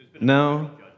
No